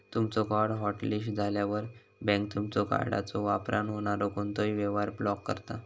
तुमचो card hotlist झाल्यावर, bank तुमचा कार्डच्यो वापरान होणारो कोणतोही व्यवहार ब्लॉक करता